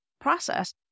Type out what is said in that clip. process